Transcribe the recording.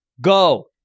Go